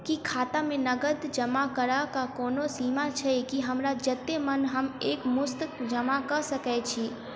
की खाता मे नगद जमा करऽ कऽ कोनो सीमा छई, की हमरा जत्ते मन हम एक मुस्त जमा कऽ सकय छी?